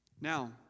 Now